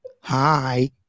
hi